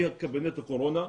מקבינט הקורונה,